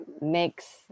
mix